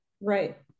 Right